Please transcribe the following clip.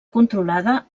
controlada